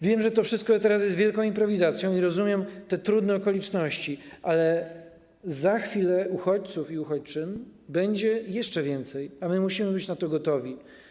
Wiem, że to wszystko teraz jest wielką improwizacją, i rozumiem te trudne okoliczności, ale za chwilę uchodźców i uchodźczyń będzie jeszcze więcej, a my musimy być na to gotowi.